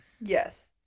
Yes